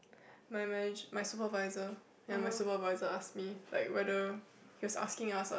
my my my supervisor ya my supervisor ask me like whether he was asking us ah